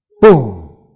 boom